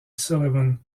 sullivan